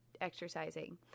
exercising